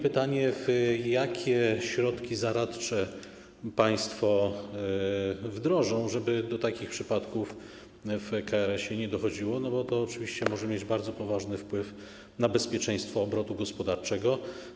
Pytanie, jakie środki zaradcze państwo wdrożą, żeby do takich przypadków w KRS nie dochodziło, bo to oczywiście może mieć bardzo poważny wpływ na bezpieczeństwo obrotu gospodarczego.